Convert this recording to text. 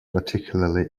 particularly